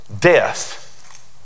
death